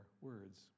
words